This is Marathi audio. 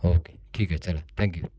ओके ठीक आहे चला थँक्यू